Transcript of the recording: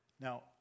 Now